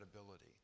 ability